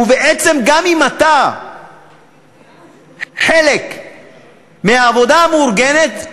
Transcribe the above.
ובעצם גם אם אתה חלק מהעבודה המאורגנת,